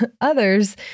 others